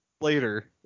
later